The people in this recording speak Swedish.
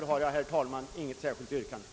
Jag har därför, herr talman, inget särskilt yrkande.